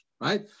Right